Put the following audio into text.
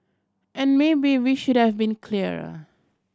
and maybe we should have been clearer